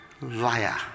liar